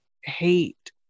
hate